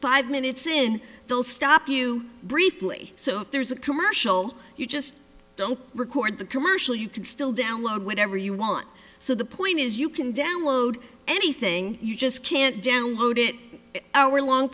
five minutes in they'll stop you briefly so if there's a commercial you just don't record the commercial you can still download whatever you want so the point is you can download anything you just can't download it hour long